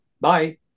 Bye